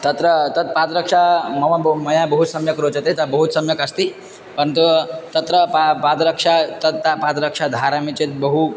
तत्र तत् पादरक्षा मम बहु मया बहु सम्यक् रोचते तत् बहु सम्यक् अस्ति परन्तु तत्र पा पादरक्षा तत् ता पादरक्षां धरामि चेत् बहु